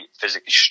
physically